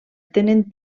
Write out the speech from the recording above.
tenen